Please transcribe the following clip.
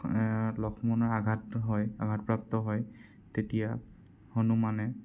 লক্ষ্মণৰ আঘাত হয় আঘাতপ্ৰাপ্ত হয় তেতিয়া হনুমানে